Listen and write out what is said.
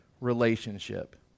relationship